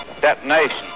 detonation